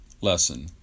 lesson